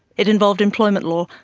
it involved employment law,